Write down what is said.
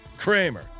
Kramer